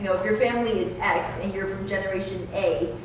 you know if your family is x and you're from generation a,